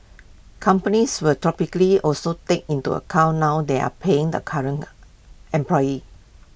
companies will topically also take into account now they are paying the current employees